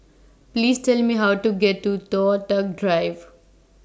Please Tell Me How to get to Toh Tuck Drive